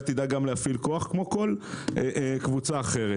תדע גם להפעיל כוח כמו כל קבוצה אחרת.